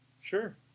Sure